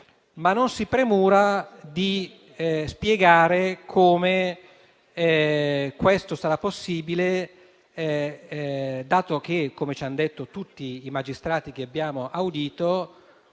senza però premurarsi di spiegare come questo sarà possibile, dato che, come ci ha detto tutti i magistrati che abbiamo audito,